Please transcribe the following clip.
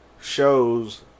shows